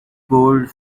gold